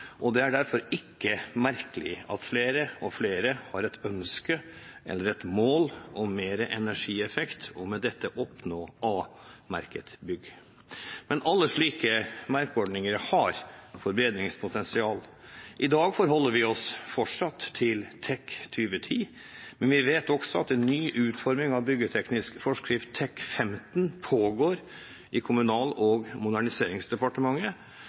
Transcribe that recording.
og det er derfor ikke merkelig at flere og flere har et ønske eller et mål om mer energieffekt og med dette oppnå A-merkede bygg. Men alle slike merkeordninger har et forbedringspotensial. I dag forholder vi oss fortsatt til TEK 10, men vi vet også at en ny utforming av byggteknisk forskrift, TEK 15, pågår i Kommunal- og moderniseringsdepartementet.